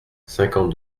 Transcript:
cinquante